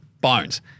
Bones